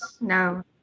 No